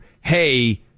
hey